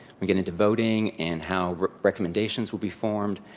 we'll get into voting and how recommendations will be formed.